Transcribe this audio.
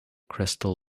crystal